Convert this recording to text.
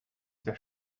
der